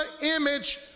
image